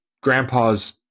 grandpa's